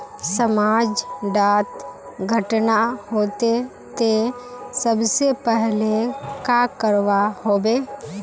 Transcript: समाज डात घटना होते ते सबसे पहले का करवा होबे?